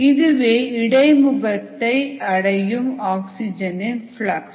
இதுவே இடைமுகத்தை அடையும் ஆக்ஸிஜனின் ஃப்ளக்ஸ்